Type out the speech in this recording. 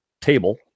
table